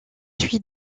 suit